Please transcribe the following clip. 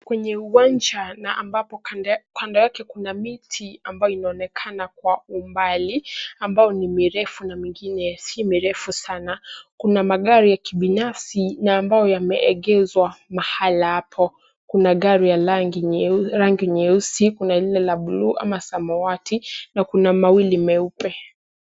Kwenye uwanja na ambapo kando yake kuna miti ambayo inaonekana kwa umbali ambao ni mirefu na mengine si mirefu sana. Kuna magari ya kibinafsi na ambayo yameegezwa mahala hapo. Kuna gari ya rangi nyeusi, kuna lile la buluu ama samawati na kuna mawili meupe.